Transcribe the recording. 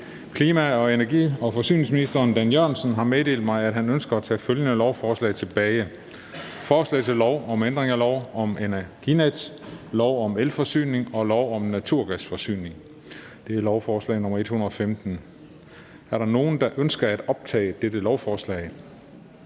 Klima-, energi- og forsyningsministeren (Dan Jørgensen) har meddelt mig, at han ønsker at tage følgende lovforslag tilbage: Forslag til lov om ændring af lov om Energinet, lov om elforsyning og lov om naturgasforsyning. (Ændring af den økonomiske regulering af Energinet og